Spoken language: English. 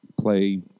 play